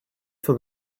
for